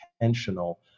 intentional